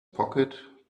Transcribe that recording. pocket